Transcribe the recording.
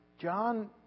John